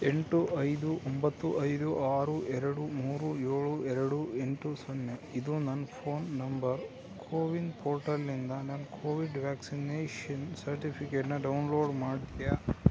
ಎಂಟು ಐದು ಒಂಬತ್ತು ಐದು ಆರು ಎರಡು ಮೂರು ಏಳು ಎರಡು ಎಂಟು ಸೊನ್ನೆ ಇದು ನನ್ನ ಫೋನ್ ನಂಬರ್ ಕೋವಿನ್ ಪೋರ್ಟಲ್ನಿಂದ ನನ್ನ ಕೋವಿಡ್ ವ್ಯಾಕ್ಸಿನೇಷನ್ ಸರ್ಟಿಫಿಕೇಟನ್ನ ಡೌನ್ಲೋಡ್ ಮಾಡ್ತಿಯಾ